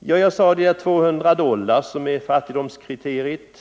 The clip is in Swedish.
men som föreslås få fortsatt hjälp. 200 dollar per år och capita var ju fattigdomskriteriet.